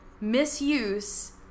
misuse